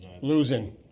Losing